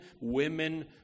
women